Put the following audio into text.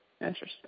Interesting